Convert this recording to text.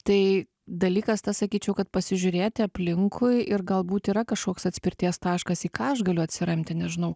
tai dalykas tas sakyčiau kad pasižiūrėti aplinkui ir galbūt yra kažkoks atspirties taškas į ką aš galiu atsiremti nežinau